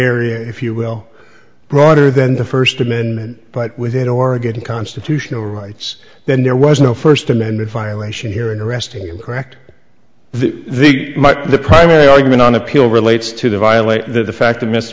area if you will broader than the first amendment but within oregon constitutional rights then there was no first amendment violation here in arresting him correct the the primary argument on appeal relates to the violate the fact that m